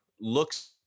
looks